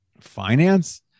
finance